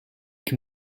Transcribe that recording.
can